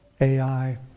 AI